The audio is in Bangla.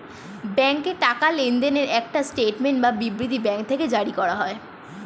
ব্যাংকে টাকা লেনদেনের একটা স্টেটমেন্ট বা বিবৃতি ব্যাঙ্ক থেকে জারি করা হয়